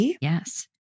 Yes